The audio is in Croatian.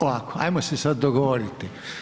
Ovako, ajmo se sad dogovoriti.